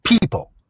people